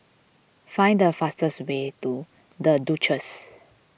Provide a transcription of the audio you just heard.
find the fastest way to the Duchess